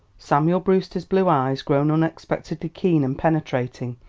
samuel brewster's blue eyes, grown unexpectedly keen and penetrating,